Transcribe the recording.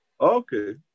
Okay